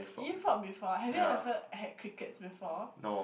you eat frog before have you had crickets before